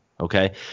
Okay